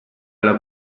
alla